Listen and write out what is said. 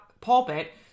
pulpit